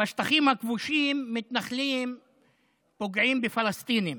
בשטחים הכבושים מתנחלים פוגעים בפלסטינים